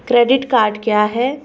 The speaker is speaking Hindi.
क्रेडिट कार्ड क्या है?